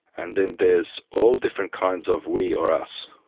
and then there's all different kinds of we or us.